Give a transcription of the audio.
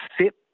sit